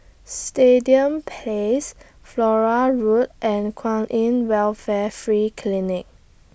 Stadium Place Flora Road and Kwan in Welfare Free Clinic